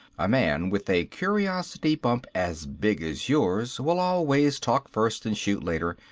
a man with a curiosity bump as big as yours will always talk first and shoot later.